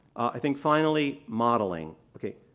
i think finally, modeling, okay.